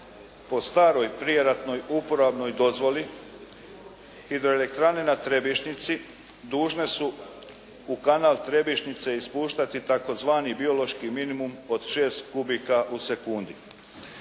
Po staroj prijeratnoj uporabnoj dozvoli hidroelektrane na Trebišnjici dužne su u kanal Trebišnjice ispuštati tzv. biološki minimum od 6 kubika u sekundi